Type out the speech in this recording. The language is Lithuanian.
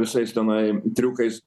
visais tenai triukais